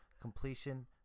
Completion